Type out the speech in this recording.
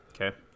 Okay